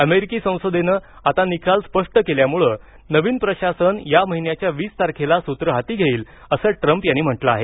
अमेरिकी संसदेनं आता निकाल स्पष्ट केल्यामुळे नवीन प्रशासन या महिन्याच्या वीस तारखेला सूतं हाती घेईल असं ट्रम्प यांनी म्हटलं आहे